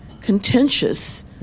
contentious